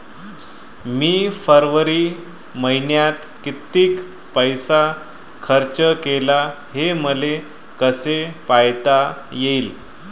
मी फरवरी मईन्यात कितीक पैसा खर्च केला, हे मले कसे पायता येईल?